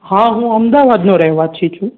હા હું અમદાવાદનો રહેવાસી છું